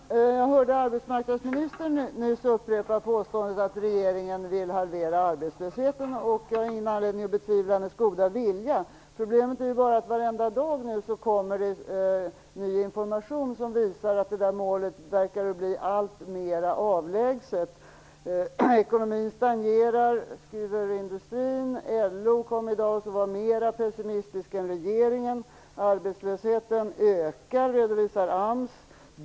Fru talman! Jag hörde arbetsmarknadsministern nyss upprepa påståendet att regeringen vill halvera arbetslösheten. Jag har ingen anledning att betvivla hennes goda vilja. Problemet är bara att det varenda dag kommer ny information som visar att målet verkar bli alltmer avlägset. Ekonomin stagnerar, skriver industrin. LO var i dag mer pessimistisk än regeringen. Arbetslösheten ökar, redovisar AMS.